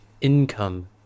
income